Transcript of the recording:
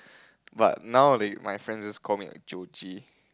but nowaday my friends just call me